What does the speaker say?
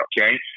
okay